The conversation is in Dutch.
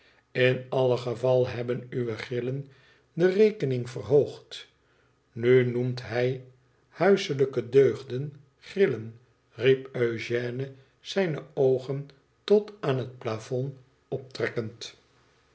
tin alle geval hebben uwe grillen de rekening verhoogd nu noemt hij huiselijke deugden grillen riep eugène zijne oogen tot aan het plafond optrekkend